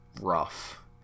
rough